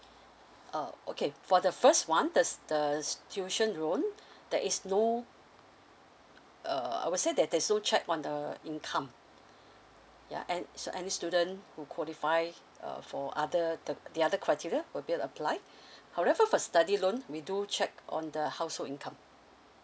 uh okay for the first one that's the s~ the tuition loan there is no err I would say that there is no check on the income ya and s~ any student who qualify uh for other the the other criteria will be able to apply however for study loan we do check on the household income